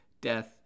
death